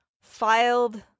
filed